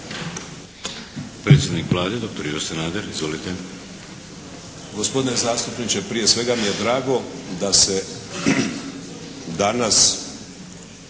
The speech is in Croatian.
Predsjednik Vlade dr. Ivo Sanader. Izvolite.